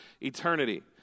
eternity